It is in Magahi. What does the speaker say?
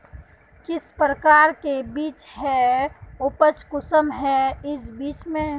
किस प्रकार के बीज है उपज कुंसम है इस बीज में?